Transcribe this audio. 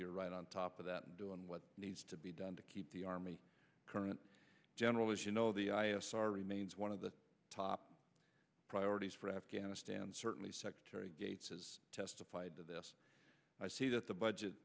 you're right on top of that and doing what needs to be done to keep the army current gen as you know the sar remains one of the top priorities for afghanistan certainly secretary gates has testified to this i see that the budget